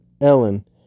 Ellen